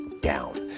down